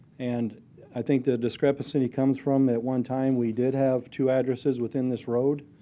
and i think the discrepancy comes from at one time we did have two addresses within this road.